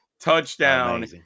touchdown